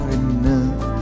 enough